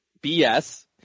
BS